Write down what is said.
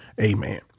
amen